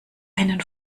einen